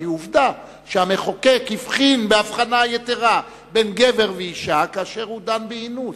כי עובדה שהמחוקק הבחין בהבחנה יתירה בין גבר לאשה כאשר הוא דן באינוס.